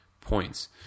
points